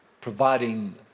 providing